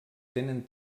tenen